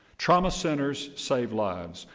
trauma centers save lives.